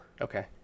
Okay